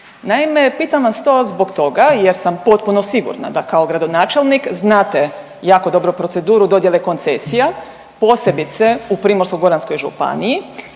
Naime, pitam vas to zbog toga jer sam potpuno sigurna da kao gradonačelnik znate jako dobro proceduru dodjele koncesija, posebice u Primorsko-goranskoj županiji